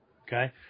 okay